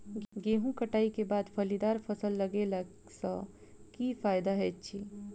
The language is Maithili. गेंहूँ कटाई केँ बाद फलीदार फसल लगेला सँ की फायदा हएत अछि?